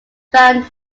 found